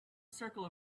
circle